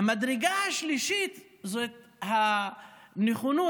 המדרגה השלישית זה הנכונות,